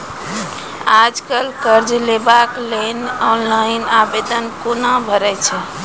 आज कल कर्ज लेवाक लेल ऑनलाइन आवेदन कूना भरै छै?